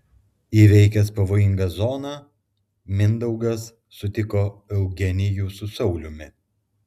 įveikęs pavojingą zoną mindaugas sutiko eugenijų su sauliumi